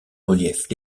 reliefs